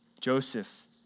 Joseph